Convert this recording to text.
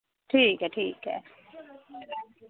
ठीक ऐ ठीक ऐ